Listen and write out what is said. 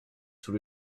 sous